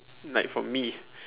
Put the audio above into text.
like from me